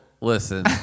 listen